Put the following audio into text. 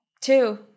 Two